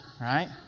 right